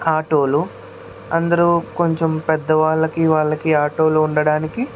ఆటోలు అందరు కొంచెం పెద్ద వాళ్ళకి వాళ్ళకి ఆటోలు ఉండడానికి